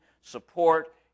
support